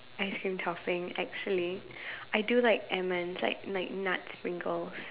ice cream topping actually I do like almonds like like nut sprinkles